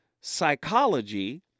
psychology